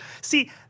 See